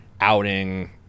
outing